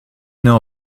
know